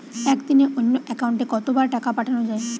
একদিনে অন্য একাউন্টে কত বার টাকা পাঠানো য়ায়?